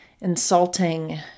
insulting